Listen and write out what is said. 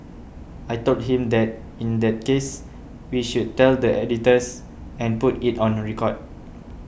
I told him that in that case we should tell the editors and put it on record